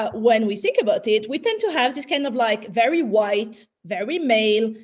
but when we think about it, we tend to have this kind of like very white, very male,